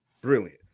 brilliant